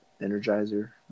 energizer